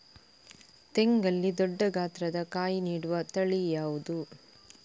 ತೆಂಗಲ್ಲಿ ದೊಡ್ಡ ಗಾತ್ರದ ಕಾಯಿ ನೀಡುವ ತಳಿ ಯಾವುದು?